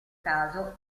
caso